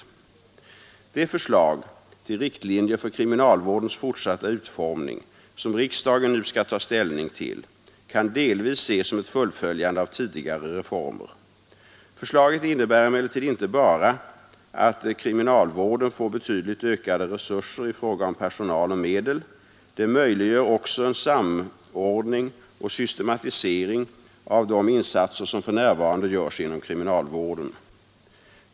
Nr 75 Det förslag till riktlinjer för kriminalvårdens fortsatta utformning som Torsdagen den riksdagen nu skall ta ställning till kan delvis ses som ett fullföljande av 26 april 1973 tidigare reformer. Förslaget innebär emellertid inte bara att kriminal ———— vården får betydligt ökade resurser i fråga om personal och medel. Det — Anslag till kri iminalvården, m.m. möjliggör också en samordning och systematisering av de insatser som för närvarande görs inom kriminalvården.